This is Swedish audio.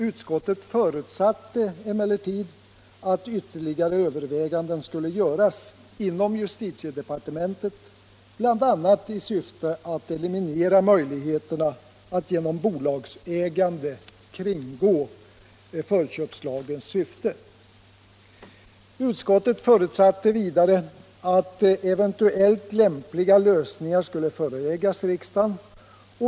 Utskottet förutsatte emellertid att ytterligare överväganden skulle göras inom justitiedepartementet bl.a. i syfte att eliminera möjligheterna att genom bolagsägande kringgå förköpslagens syfte. Utskottet förutsatte vidare att förslag till eventuella lämpliga lösningar skulle föreläggas riksdagen.